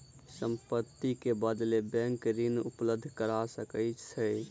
संपत्ति के बदले बैंक ऋण उपलब्ध करा सकै छै